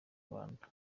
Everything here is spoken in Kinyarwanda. rwanda